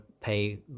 pay